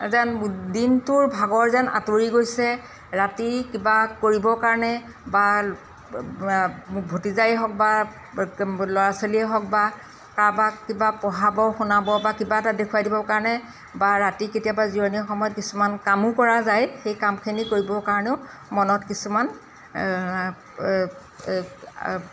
যেন দিনটোৰ ভাগৰ যেন আঁতৰি গৈছে ৰাতি কিবা কৰিবৰ কাৰণে বা ভতিজাই হওক বা ল'ৰা ছোৱালীয়ে হওক বা কাৰোবাক কিবা পঢ়াব শুনাব বা কিবা এটা দেখুৱাই দিবৰ কাৰণে বা ৰাতি কেতিয়াবা জিৰণিৰ সময়ত কিছুমান কামো কৰা যায় সেই কামখিনি কৰিবৰ কাৰণেও মনত কিছুমান